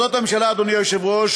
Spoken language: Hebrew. אדוני היושב-ראש,